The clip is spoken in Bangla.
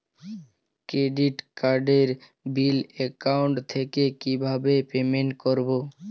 ক্রেডিট কার্ডের বিল অ্যাকাউন্ট থেকে কিভাবে পেমেন্ট করবো?